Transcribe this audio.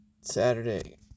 Saturday